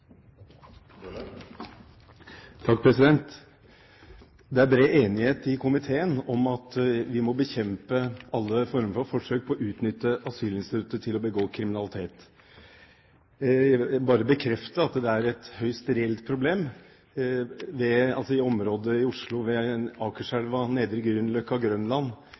Det er bred enighet i komiteen om at vi må bekjempe alle former for forsøk på å utnytte asylinstituttet til å begå kriminalitet. Jeg vil bare bekrefte at dette er et høyst reelt problem i områder i Oslo. Ved Akerselva, på Nedre Grünerløkka og på Grønland